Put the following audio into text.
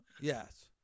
Yes